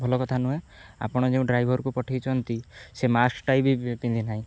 ଭଲ କଥା ନୁହେଁ ଆପଣ ଯେଉଁ ଡ୍ରାଇଭରକୁ ପଠାଇଛନ୍ତି ସେ ମାସ୍କଟା ବି ପିନ୍ଧି ନାହିଁ